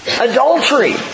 Adultery